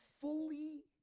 fully